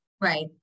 Right